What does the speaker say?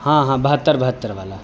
ہاں ہاں بہتر بہتر والا